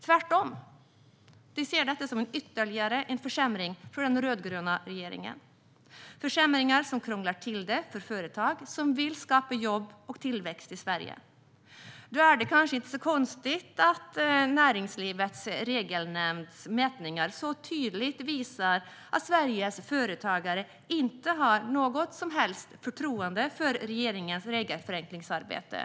Tvärtom ser de detta som ytterligare en försämring från den rödgröna regeringen - ytterligare en försämring som krånglar till det för företag som vill skapa jobb och tillväxt i Sverige. Då är det kanske inte så konstigt att Näringslivets Regelnämnds mätningar tydligt visar att Sveriges företagare inte har något som helst förtroende för regeringens regelförenklingsarbete.